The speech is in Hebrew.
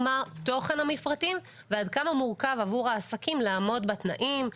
מה תוכן המפרטים ועד כמה מורכב עבור העסקים לעמוד בתנאים,